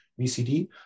VCD